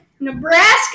Nebraska